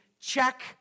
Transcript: check